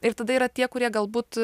ir tada yra tie kurie galbūt